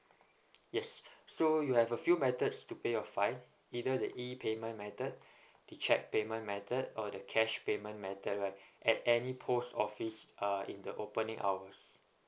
yes so you have a few methods to pay your fine either the E payment method the cheque payment method or the cash payment method right at any post office uh in the opening hours